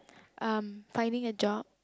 um finding a job